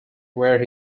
where